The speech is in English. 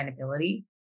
sustainability